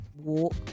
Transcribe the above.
walk